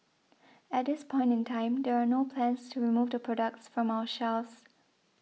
at this point in time there are no plans to remove the products from our shelves